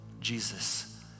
Jesus